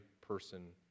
person